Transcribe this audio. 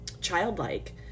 childlike